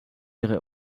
ihren